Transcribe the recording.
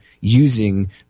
using